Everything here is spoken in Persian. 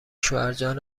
شوهرجان